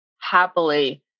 happily